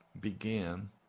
began